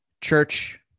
church